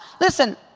listen